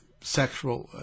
sexual